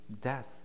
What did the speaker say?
Death